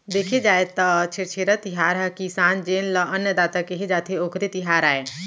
देखे जाए त छेरछेरा तिहार ह किसान जेन ल अन्नदाता केहे जाथे, ओखरे तिहार आय